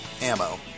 ammo